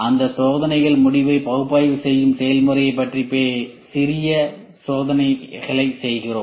அந்தச் சோதனைகள் முடிவைப் பகுப்பாய்வு செய்யும் செயல்முறையைப் பற்றி பேச சிறிய சோதனைகள் செய்கிறோம்